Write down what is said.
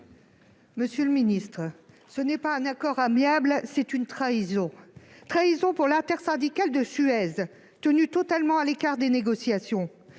Monsieur le ministre, ce n'est pas un accord amiable : c'est une trahison ! Une trahison de l'intersyndicale de Suez, tenue totalement à l'écart des négociations